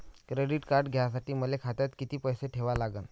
Credit card घ्यासाठी मले खात्यात किती पैसे ठेवा लागन?